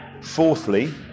Fourthly